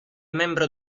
membro